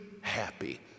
happy